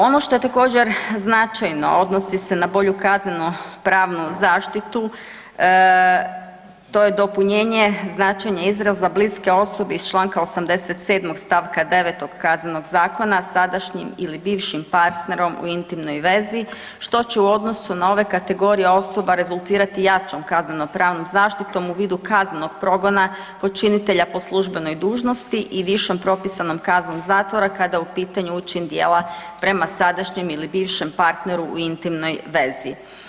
Ono što je također značajno odnosno se na bolju kaznenopravnu zaštitu to je dopunjenje značenje izraza bliske osobe iz čl. 87. st. 9. KZ-a sadašnjim ili bivšim partnerom u intimnoj vezi što će u odnosu na ove kategorije osoba rezultirati jačom kaznenopravnom zaštitom u vidu kaznenog progona počinitelja po službenoj dužnosti i višom propisanom kaznom zatvora kada je u pitanju … dijela prema sadašnjem ili bivšem partneru u intimnoj vezi.